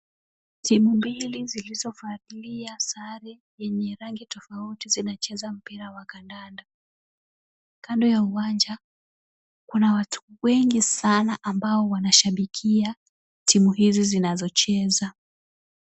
Timu mbili zilizovalia sare yenye rangi tofauti, zinacheza mpira wa kandanda. Kando ya uwanja kuna watu wengi sana ambao wanashabikia timu hizi zinazocheza.